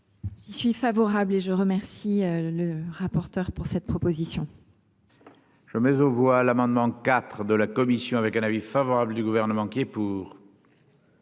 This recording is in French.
Qui suis favorable et je remercie le rapporteur pour cette proposition. Je mais aux voix l'amendement IV de la Commission avec un avis favorable du gouvernement qui est pour.